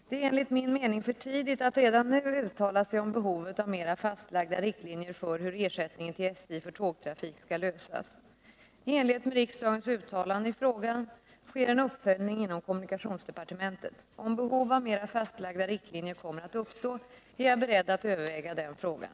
Det är enligt min mening för tidigt att redan nu uttala sig om behovet av mera fastlagda riktlinjer för hur ersättningen till SJ för tågtrafik skall lösas. I enlighet med riksdagens uttalande i frågan sker en uppföljning inom kommunikationsdepartementet. Om behov av mera fastlagda riktlinjer kommer att uppstå är jag beredd att överväga den frågan.